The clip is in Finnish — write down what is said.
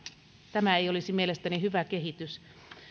tämä ei olisi mielestäni hyvä kehitys